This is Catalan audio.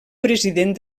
president